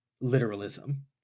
literalism